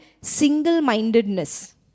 single-mindedness